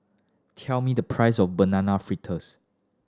tell me the price of Banana Fritters